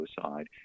suicide